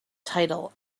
title